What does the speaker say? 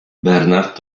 bernard